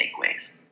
takeaways